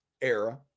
era